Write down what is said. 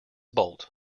bolt